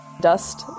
Dust